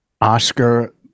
Oscar